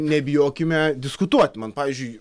nebijokime diskutuot man pavyzdžiui